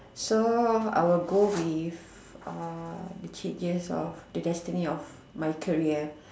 so I will go with uh the changes of the destiny of my career